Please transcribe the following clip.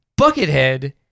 Buckethead